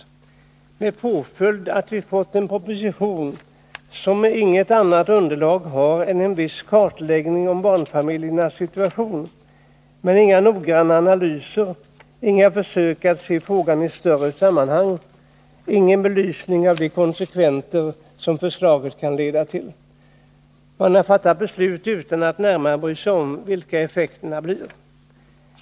Påföljden blev att vi fick en proposition som inte har något annat underlag än en viss kartläggning av barnfamiljernas situation. Det finns inga noggranna analyser, inga försök att se frågan i ett större sammanhang, ingen belysning av de konsekvenser som förslaget kan leda till. Man har fattat ett beslut utan att närmare bry sig om effekterna av det.